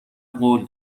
قول